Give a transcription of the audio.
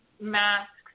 masks